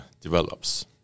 develops